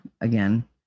again